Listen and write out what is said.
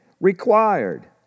required